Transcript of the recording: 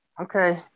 okay